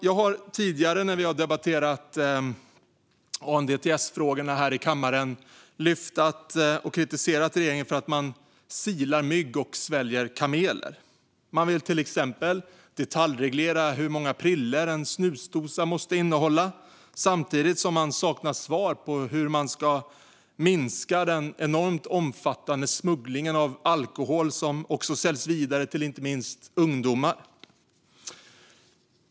Jag har tidigare när vi debatterat ANDTS-frågorna här i kammaren lyft fram och kritiserat regeringen för att man silar mygg men sväljer kameler. Man vill till exempel detaljreglera hur många prillor en snusdosa måste innehålla samtidigt som man saknar svar på hur man ska minska den enormt omfattande smugglingen av alkohol som säljs till inte minst ungdomar.